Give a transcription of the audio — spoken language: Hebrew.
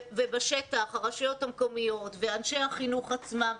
בשטח, הרשויות המקומיות ואנשי החינוך עצמם.